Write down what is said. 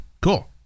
Cool